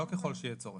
לא ככל שיהיה צורך.